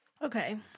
Okay